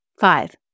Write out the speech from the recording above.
Five